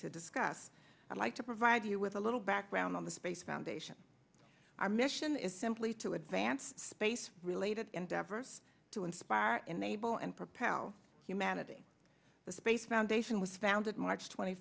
to discuss i'd like to provide you with a little background on the space foundation our mission is simply to advance space related endeavors to inspire enable and propel humanity the space foundation was founded march twenty